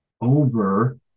over